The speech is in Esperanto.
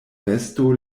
vesto